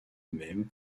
même